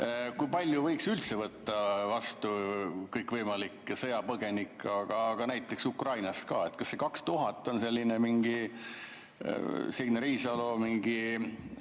kui palju võiks üldse võtta vastu kõikvõimalikke sõjapõgenikke, näiteks Ukrainast ka? Kas see 2000 on selline Signe Riisalo mingi